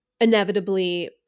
inevitably